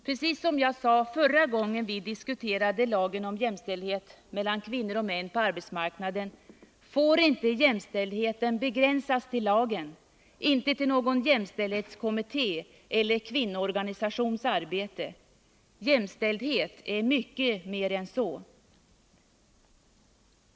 Precis som jag sade förra gången vi diskuterade lagen om jämställdhet mellan kvinnor och män på arbetsmarknaden får inte jämställdheten begränsas till lagen, inte till någon jämställdhetskommitté eller kvinnoorganisations arbete. Jämställdhet är mycket mer än så.